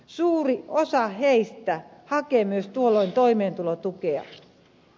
suuri osa heistä hakee myös tuolloin toimeentulotukea